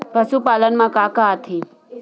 पशुपालन मा का का आथे?